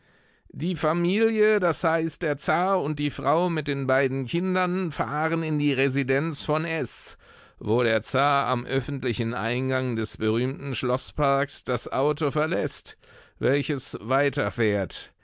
die familie d h der zar und die frau mit den beiden kindern fahren in die residenz von s wo der zar am öffentlichen eingang des berühmten schloßparks das auto verläßt welches weiterfährt